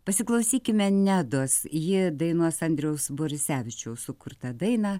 pasiklausykime nedos ji dainuos andriaus borisevičiaus sukurtą dainą